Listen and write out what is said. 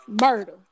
Murder